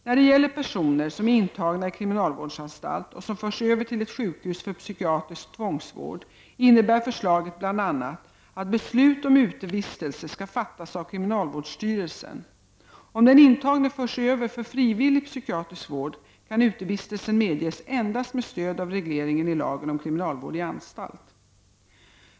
När det gäller personer som är intagna i kriminalvårdsanstalt och som förs över till ett sjukhus för psykiatrisk tvångsvård innebär förslaget bl.a. att beslut om utevistelser skall fattas av kriminalvårdsstyrelsen. Om den intagne förs över för frivillig psykiatrisk vård, kan utevistelser medges endast med stöd av regleringen i lagen om kriminalvård i anstalt.